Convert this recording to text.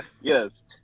Yes